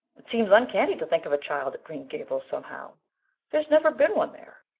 it seems uncanny to think of a child at green gables somehow there's never been one there,